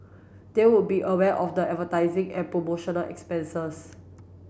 they would be aware of the advertising and promotional expenses